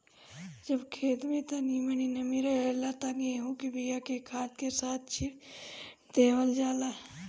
जब खेत में तनी तनी नमी रहेला त गेहू के बिया के खाद के साथ छिट देवल जाला